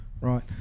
right